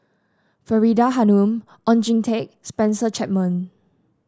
Faridah Hanum Oon Jin Teik Spencer Chapman